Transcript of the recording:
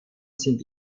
sind